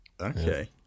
Okay